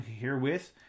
herewith